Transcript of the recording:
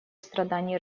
страданий